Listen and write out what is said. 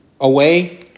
away